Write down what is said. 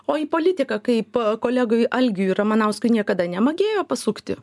o į politiką kaip kolegui algiui ramanauskui niekada nemagėjo pasukti